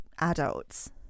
adults